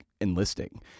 enlisting